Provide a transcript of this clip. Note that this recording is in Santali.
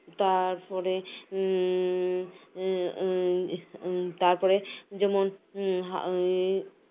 ᱛᱟᱨᱯᱚᱨᱮ ᱮᱸᱫ ᱳᱫ ᱛᱟᱨᱯᱚᱨᱮ ᱡᱮᱢᱚᱱ ᱮᱸᱫ